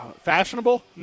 fashionable